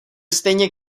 stejně